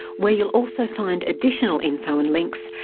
where you'll also find additional info and links.